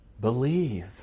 believe